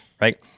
right